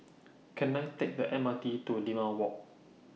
Can I Take The M R T to Limau Walk